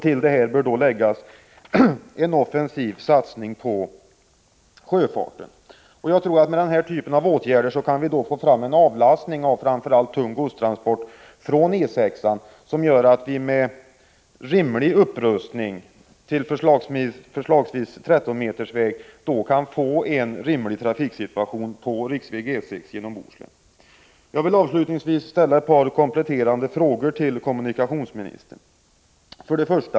Till detta bör läggas en offensiv satsning på sjöfarten. Med den typen av åtgärder kan vi, tror jag, avlasta E6-an tunga godstransporter, så att vi med en rimlig upprustning — förslagsvis till 13-metersväg — kan åstadkomma en rimlig trafiksituation på riksväg E6 genom Bohuslän. Jag vill avslutningsvis ställa ett par kompletterande frågor till kommunikationsministern. 1.